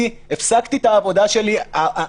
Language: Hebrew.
הפסקתי את העבודה שלי לפני שנה וחצי.